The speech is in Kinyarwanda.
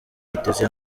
yiteze